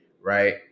right